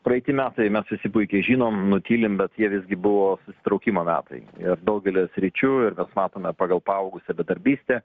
praeiti metai mes visi puikiai žinom nutylim bet jie visgi buvo susitraukimo metai ir daugelyje sričių ir mes matome pagal paaugusią bedarbystę